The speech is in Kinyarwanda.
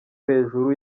hejuru